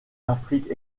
afrique